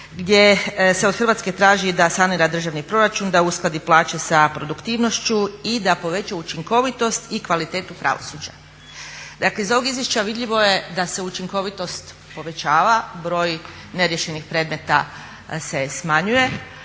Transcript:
gdje se od Hrvatske traži da sanira državni proračun, da uskladi plaće sa produktivnošću i da poveća učinkovitost i kvalitetu pravosuđa. Dakle iz ovog izvješća je vidljivo je da se učinkovitost povećava, broj neriješenih predmeta se smanjuje,